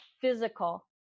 physical